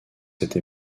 cette